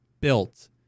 built